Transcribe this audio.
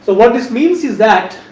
what this means is that,